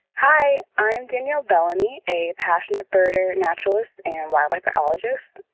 hi. i'm danielle belleny, a passionate birder, naturalist, and wildlife biologist.